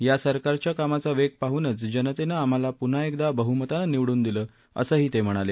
या सरकारच्या कामाचा वेग पाहूनच जनतेनं आम्हाला पुन्हा एकदा बहुमतानं निवडून दिलं असंही ते म्हणाले